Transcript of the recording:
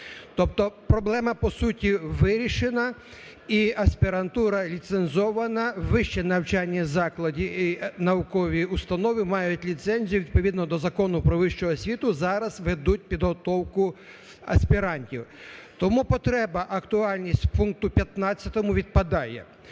Тобто проблема по суті вирішена і аспірантура ліцензована. Вищі навчальні заклади, наукові установи мають ліцензію і відповідно до Закону "Про вищу освіту" зараз ведуть підготовку аспірантів. Тому потреба, актуальність пункту 15 відпадає.